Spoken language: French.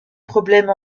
problèmes